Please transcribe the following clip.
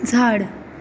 झाड